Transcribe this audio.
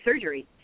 surgery